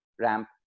ramp